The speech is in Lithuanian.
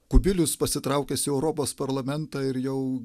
kubilius pasitraukęs į europos parlamentą ir jau